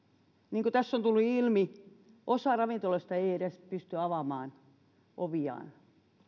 niin kuin tässä on tullut ilmi osa ravintoloista ei edes pysty avaamaan oviaan